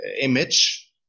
image